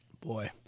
Boy